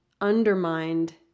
undermined